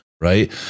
right